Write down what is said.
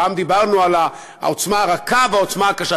פעם דיברנו על העוצמה הרכה והעוצמה הקשה,